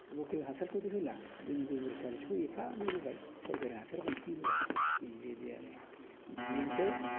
लकेल हासारखौथ' होला जोंनि गोबोरखि हासारखौ एफाल' होबाय सरखारि हासार बांसिन होबाय नै बेबादि आरो बिदिजोंसो